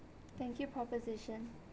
thank you proposition